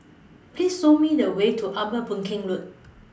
Please Show Me The Way to Upper Boon Keng Road